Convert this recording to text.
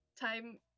time